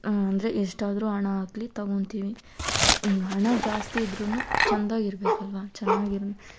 ಅಂದರೆ ಎಷ್ಟಾದರೂ ಹಣ ಆಗಲಿ ತೊಗೊತೀನಿ ಹಣ ಜಾಸ್ತಿ ಇದ್ರು ಚಂದ ಇರ್ಬೇಕಲ್ವಾ ಚೆನ್ನಾಗಿರ್